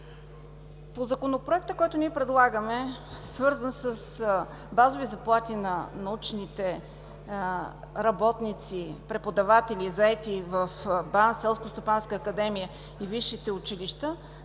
По Законопроекта, който ние предлагаме, свързан с базови заплати на научните работници, преподаватели, заети в БАН, Селскостопанската академия и висшите училища,